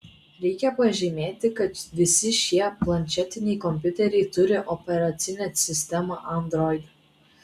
reikia pažymėti kad visi šie planšetiniai kompiuteriai turi operacinę sistemą android